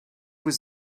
was